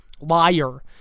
liar